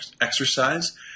exercise